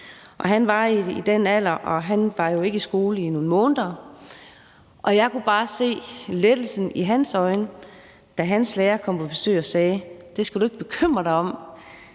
Universitetshospital. Han var ikke i skole i nogle måneder, og jeg kunne bare se lettelsen i hans øjne, da hans lærer kom på besøg og sagde: Det skal du ikke bekymre dig om;